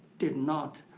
did not,